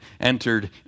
entered